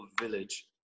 Village